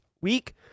week